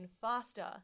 faster